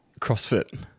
CrossFit